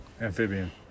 Amphibian